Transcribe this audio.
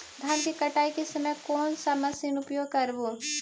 धान की कटाई के समय कोन सा मशीन उपयोग करबू?